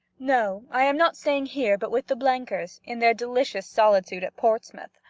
no, i am not staying here, but with the blenkers, in their delicious solitude at portsmouth.